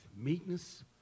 Meekness